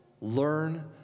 learn